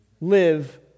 live